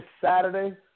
Saturday